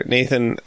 Nathan